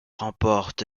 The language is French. remporte